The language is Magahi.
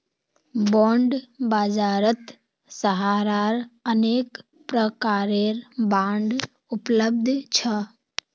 बॉन्ड बाजारत सहारार अनेक प्रकारेर बांड उपलब्ध छ